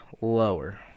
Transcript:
lower